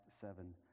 seven